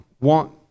want